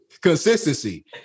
Consistency